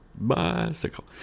bicycle